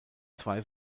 zwei